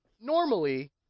normally